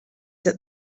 that